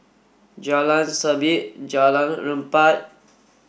Jalan Sabit Jalan Empat